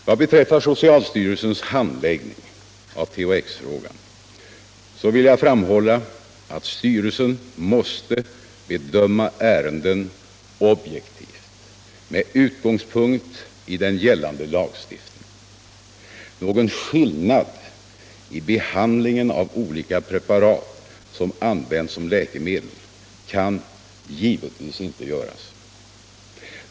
Vad beträffar socialstyrelsens handläggning av THX-frågan vill jag framhålla att styrelsen måste bedöma ärenden objektivt med utgångspunkt i den gällande lagstiftningen. Någon skillnad vid behandlingen av olika preparat som används som läkemedel kan givetvis inte göras.